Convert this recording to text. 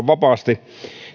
vapaasti